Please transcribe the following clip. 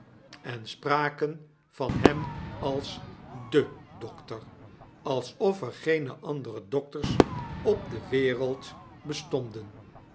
en spraken van hem als den dokter alsof er geene andere dokters op de wereld bestonden